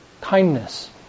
kindness